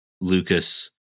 Lucas